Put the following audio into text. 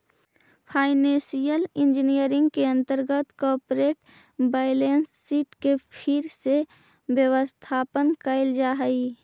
financial engineering के अंतर्गत corporate balance sheet के फिर से व्यवस्थापन कैल जा हई